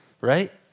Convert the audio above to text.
Right